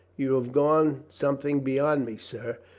you have gone something beyond me, sir,